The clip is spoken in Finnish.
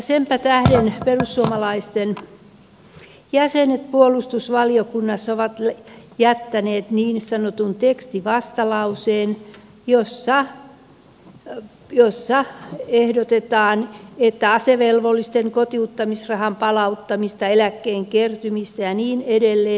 senpä tähden perussuomalaisten jäsenet puolustusvaliokunnassa ovat jättäneet niin sanotun tekstivastalauseen jossa ehdotetaan että asevelvollisten kotiuttamisrahan palauttamista eläkkeen kertymistä ja niin edelleen